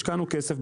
השקענו את הכסף,